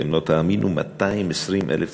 לא תאמינו, 220,000 צרכנים,